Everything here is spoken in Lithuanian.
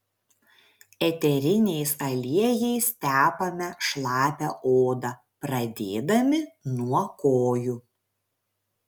eteriniais aliejais tepame šlapią odą pradėdami nuo kojų